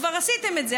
כבר עשיתם את זה,